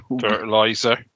fertilizer